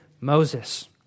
Moses